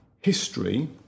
history